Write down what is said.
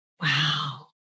wow